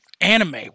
Anime